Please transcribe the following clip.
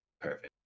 Perfect